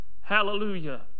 Hallelujah